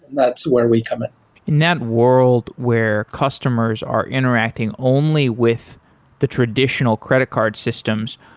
that's where we come in in that world where customers are interacting only with the traditional credit card systems,